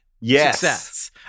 Yes